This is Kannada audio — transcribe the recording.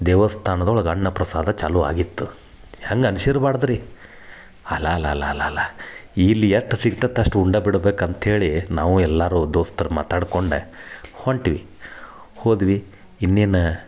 ದೇವಸ್ಥಾನದೊಳಗ ಅನ್ನ ಪ್ರಸಾದ ಚಾಲು ಆಗಿತ್ತು ಹೆಂಗ ಅನ್ಸಿರ್ಬಾರ್ದ ರೀ ಅಲಲಲ ಇಲ್ಲಿ ಎಷ್ಟು ಸಿಕ್ತೈತ್ತು ಅಷ್ಟು ಉಂಡ ಬಿಡ್ಬೇಕು ಅಂತೇಳಿ ನಾವು ಎಲ್ಲಾರು ದೋಸ್ತ್ರ ಮಾತಾಡ್ಕೊಂಡೆ ಹೊಂಟ್ವಿ ಹೋದ್ವಿ ಇನ್ನೇನು